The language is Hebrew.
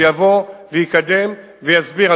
שיבוא ויקדם ויסביר.